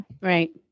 Right